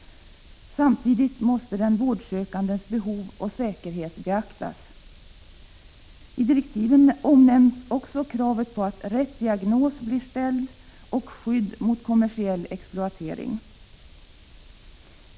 Samtidigt måste den vårdsökandes behov och säkerhet beaktas.” I direktiven omnämns också kravet på att rätt diagnos blir ställd och skydd mot kommersiell exploatering.